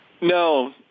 No